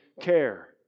care